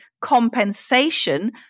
compensation